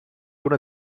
una